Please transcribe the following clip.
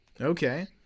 okay